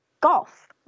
golf